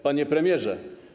Panie Premierze!